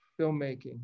filmmaking